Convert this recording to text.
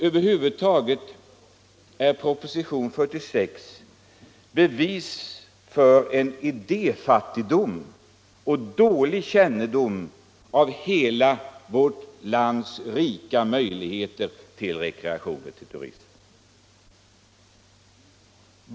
Över huvud taget är propositionen 76 bevis för idéfattigdom och dålig kännedom om hela vårt lands rika möjligheter till rekreation och till turism.